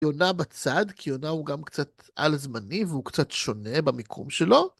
יונה בצד, כי יונה הוא גם קצת על-זמני והוא קצת שונה במיקום שלו.